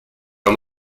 pas